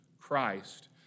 Christ